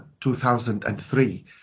2003